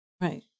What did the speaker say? Right